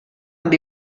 amb